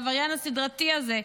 העבריין הסדרתי הזה,